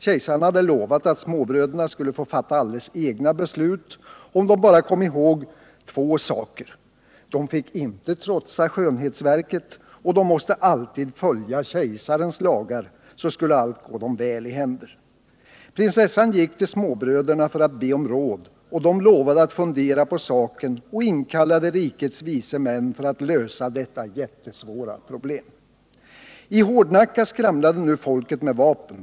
Kejsaren hade lovat att småbröderna skulle få fatta alldeles egna beslut, om de bara kom ihåg två saker: de fick inte trotsa Skönhetsverket, och de måste alltid följa Kejsarens lagar, så skulle allt gå dem väl i händer. Prinsessan gick till småbröderna för att be om råd, och de lovade att fundera på saken och inkallade rikets visa män för att lösa detta jättesvåra problem. I Hårdnacka skramlade nu folket med vapen.